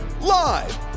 Live